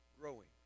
growing